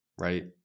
Right